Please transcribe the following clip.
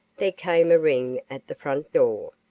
there came a ring at the front door.